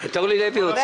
כל